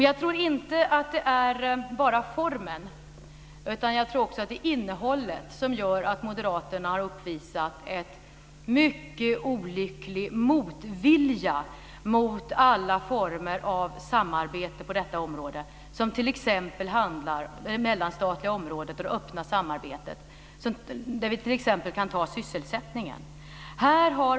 Jag tror inte att det bara är formen utan det är nog också innehållet som gör att moderaterna har uppvisat en mycket olycklig motvilja mot alla former av samarbete när det gäller det mellanstatliga området och det öppna samarbetet. Vi kan t.ex. ta sysselsättningen.